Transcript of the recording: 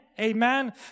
Amen